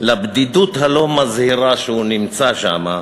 לבדידות הלא-מזהירה שהוא נמצא בה שם,